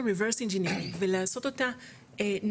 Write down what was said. reverse engineering ולעשות אותה נכונה,